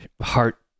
heart